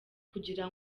kugira